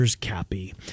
Cappy